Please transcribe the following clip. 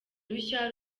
rushya